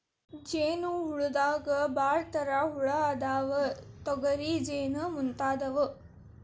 ಜೇನ ಹುಳದಾಗ ಭಾಳ ತರಾ ಹುಳಾ ಅದಾವ, ತೊಗರಿ ಜೇನ ಮುಂತಾದವು